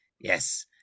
Yes